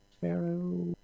Pharaoh